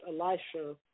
Elisha